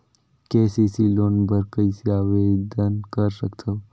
KCC loan बर कइसे आवेदन कर सकथव?